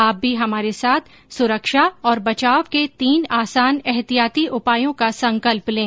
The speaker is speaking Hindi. आप भी हमारे साथ सुरक्षा और बचाव के तीन आसान एहतियाती उपायों का संकल्प लें